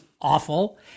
awful